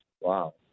Wow